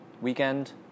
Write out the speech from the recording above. weekend